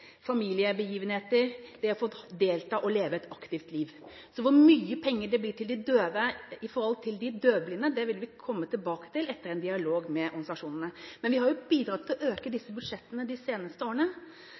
familiebegivenheter, og det å få delta og leve et aktivt liv. Den konkrete bruken av penger, vil vi komme tilbake til etter en dialog med organisasjonene. Vi har bidratt til å øke